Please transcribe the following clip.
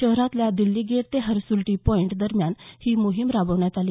शहरातल्या दिछ्छी गेट ते हर्सूल टी पॉईंट दरम्यान ही मोहीम राबवण्यात आली